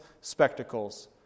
spectacles